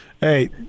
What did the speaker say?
Hey